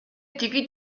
ttiki